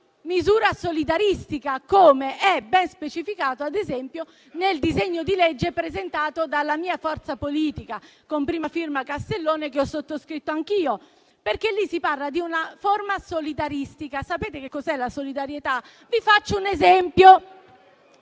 misura solidaristica, com'è ben specificato, ad esempio, nel disegno di legge presentato dalla mia forza politica, con prima firma Castellone e che ho sottoscritto anch'io, perché in esso si parla di una forma solidaristica. Sapete che cos'è la solidarietà? Vi faccio un esempio: